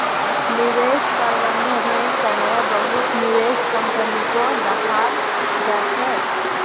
निवेश प्रबन्धनेर तने बहुत निवेश कम्पनीको दखाल जा छेक